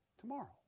tomorrow